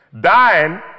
Dying